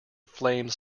flames